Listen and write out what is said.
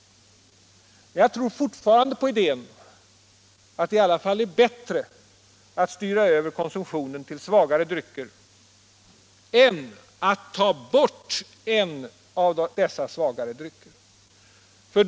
Jag tror fortfarande på idén att det är bättre att styra över konsumtionen till svagare drycker än att ta bort en av dessa svagare drycker.